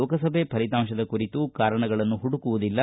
ಲೋಕಸಭೆ ಫಲಿತಾಂಶದ ಕುರಿತು ಕಾರಣಗಳನ್ನು ಹುಡುಕುವುದಿಲ್ಲ